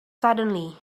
suddenly